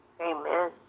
Amen